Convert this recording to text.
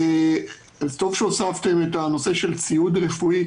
טוב שהוספתם גם ציוד רפואי,